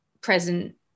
present